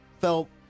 felt